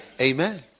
Amen